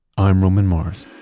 i'm roman mars